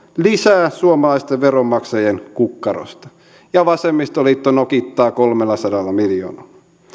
lisää suomalaisten veronmaksajien kukkarosta ja vasemmistoliitto nokittaa kolmellasadalla miljoonalla